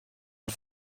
und